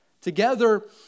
Together